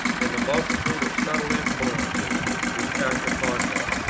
and the multitude of subtle influences which act upon him?